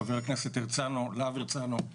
חבר הכנסת להב הרצנו,